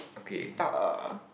restock uh